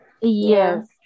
Yes